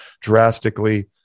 drastically